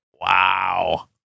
wow